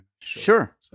Sure